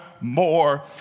more